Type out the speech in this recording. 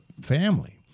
family